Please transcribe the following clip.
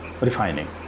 refining